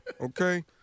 Okay